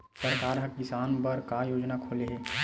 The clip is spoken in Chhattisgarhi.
सरकार ह किसान बर का योजना खोले हे?